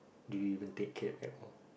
do you take cab Hap-Hong